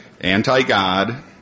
Anti-God